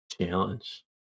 challenge